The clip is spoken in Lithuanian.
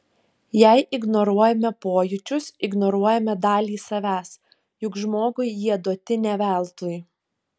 jei ignoruojame pojūčius ignoruojame dalį savęs juk žmogui jie duoti ne veltui